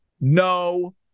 no